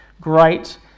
Great